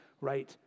right